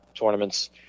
tournaments